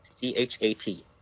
C-H-A-T